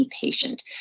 patient